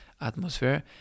atmosphere